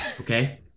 Okay